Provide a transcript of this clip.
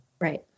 Right